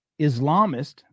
Islamist